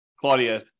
Claudia